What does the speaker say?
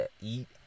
eat